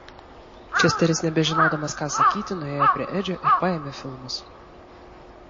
česteris nebežinodamas ką sakyti nuėjo prie edžio ir paėmė filmus